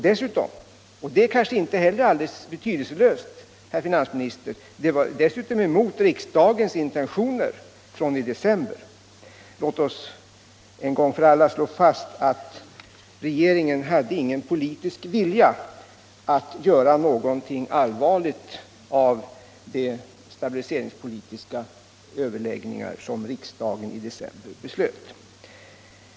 Dessutom — och det kanske inte heller är alldeles betydelselöst, herr finansminister - var den emot riksdagens intentioner från december. Låt oss en gång för alla slå fast att regeringen inte hade någon politisk vilja att göra något allvarligt av den stabiliseringspolitiska överläggning som riksdagen i december beslöt att man skulle ha.